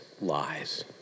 lies